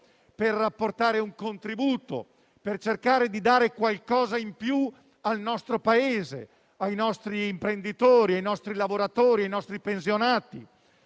per apportare un contributo e cercare di dare qualcosa in più al nostro Paese, ai nostri imprenditori, ai nostri lavoratori e ai nostri pensionati.